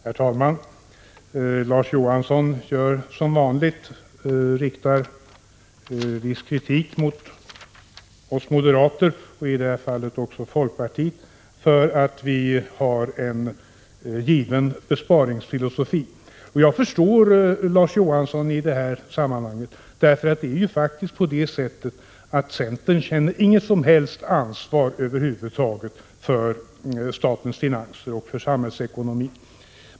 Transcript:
Herr talman! Larz Johanson riktade som vanligt viss kritik mot oss moderater och denna gång också mot folkpartiet för att vi har en given besparingsfilosofi. Jag förstår faktiskt Larz Johansson i detta fall — centern känner ju inget som helst ansvar för statens finanser eller för samhällsekonomin.